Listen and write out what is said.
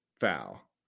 foul